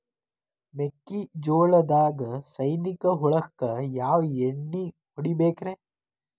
ಮೆಕ್ಕಿಜೋಳದಾಗ ಸೈನಿಕ ಹುಳಕ್ಕ ಯಾವ ಎಣ್ಣಿ ಹೊಡಿಬೇಕ್ರೇ?